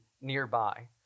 nearby